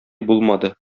булмады